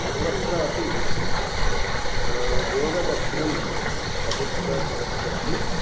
सर्वत्र अपि योगदर्शनं बहुत्र चलत् अस्ति